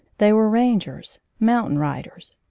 they were rangers mountain riders.